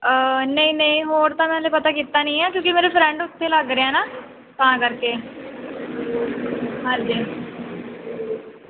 ਨਹੀਂ ਨਹੀਂ ਹੋਰ ਤਾਂ ਮੈਂ ਹਲੇ ਪਤਾ ਕੀਤਾ ਨਹੀਂ ਹੈ ਕਿਉਂਕਿ ਮੇਰੇ ਫਰੈਂਡ ਉੱਥੇ ਲੱਗ ਰਹੇ ਆ ਨਾ ਤਾਂ ਕਰਕੇ ਹਾਂਜੀ